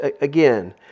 again